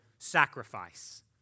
sacrifice